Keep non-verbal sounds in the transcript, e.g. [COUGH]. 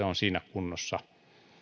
[UNINTELLIGIBLE] on siinä kunnossa [UNINTELLIGIBLE]